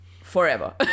forever